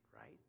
right